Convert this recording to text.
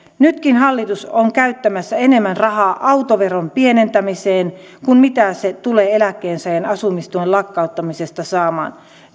nytkin hallitus on käyttämässä enemmän rahaa autoveron pienentämiseen kuin mitä se tulee eläkkeensaajien asumistuen lakkauttamisesta saamaan